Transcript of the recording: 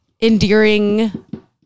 Endearing